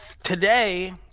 Today